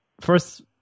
first